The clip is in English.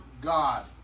God